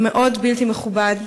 המאוד בלתי מכובד,